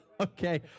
Okay